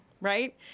right